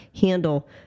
handle